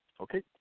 Okay